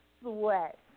sweat